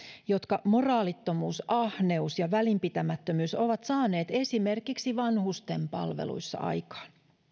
jotka moraalittomuus ahneus ja välinpitämättömyys ovat saaneet esimerkiksi vanhustenpalveluissa aikaan